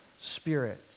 spirit